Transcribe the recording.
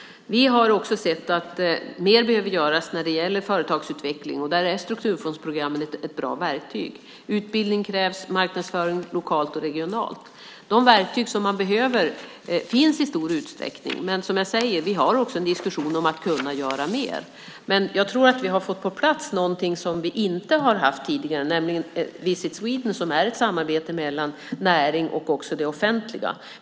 Vi har också sett att mer behöver göras när det gäller företagsutveckling. Där är strukturfondsprogrammen ett bra verktyg. Utbildning krävs och marknadsföring lokalt och regionalt. De verktyg som behövs finns i stor utsträckning, men vi har också en diskussion om att kunna göra mer. Vi har fått på plats något som vi inte har haft tidigare, nämligen Visit Sweden. Det är ett samarbete mellan näringen och det offentliga.